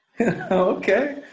Okay